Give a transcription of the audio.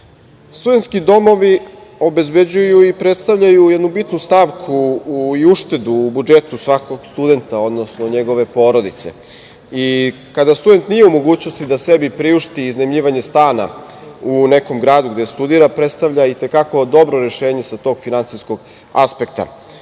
mesta. Studentski domovi obezbeđuju i predstavljaju jednu bitnu stavku i uštedu u budžetu svakog studenta, odnosno njegove porodice. Kada student nije u mogućnosti da sebi priušti iznajmljivanje stana u gradu gde studira predstavlja i te kako dobro rešenje sa tog finansijskog aspekta.